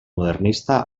modernista